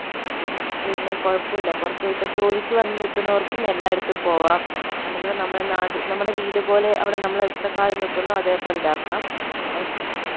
അപ്പം പിന്നെ കുഴപ്പമില്ല ഇപ്പം ജോലിക്ക് വന്ന് നിൽക്കുന്നവർക്കും എല്ലായിടത്തും പോകാം നമുക്ക് നമ്മുടെ നാട് നമ്മുടെ വീട് പോലെ അവിടെ നമ്മൾ എത്ര കാലം നിൽക്കുന്നോ അതേപോലെ ഇതാക്കാം അപ്പം